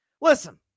Listen